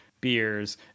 beers